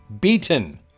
beaten